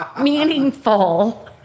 meaningful